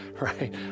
right